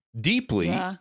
deeply